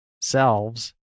selves